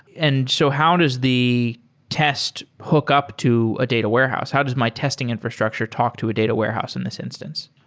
and so how does the test hook up to a data warehouse? how does my testing infrastructure talk to a data warehouse in this instance?